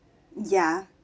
ya